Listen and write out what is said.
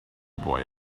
boy